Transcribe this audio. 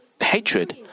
hatred